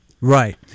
Right